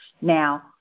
Now